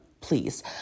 please